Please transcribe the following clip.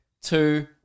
two